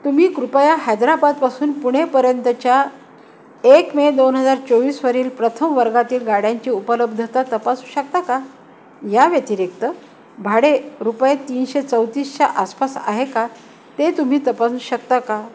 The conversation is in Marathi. तुम्ही कृपया हैदराबादपासून पुणेपर्यंतच्या एक मे दोन हजार चोवीसवरील प्रथम वर्गातील गाड्यांची उपलब्धता तपासू शकता का या व्यतिरिक्त भाडे रुपये तीनशे चौतीसच्या आसपास आहे का ते तुम्ही तपासू शकता का